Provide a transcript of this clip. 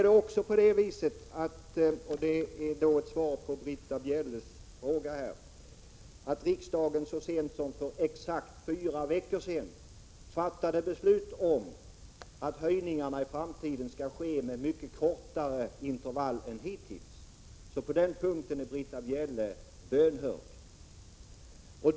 Som svar på Britta Bjelles fråga vill jag säga att riksdagen så sent som för fyra veckor sedan fattade beslut om att höjningarna i framtiden skall ske med mycket kortare intervall än hittills. På denna punkt är Britta Bjelle således bönhörd.